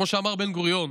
כמו שאמר בן-גוריון,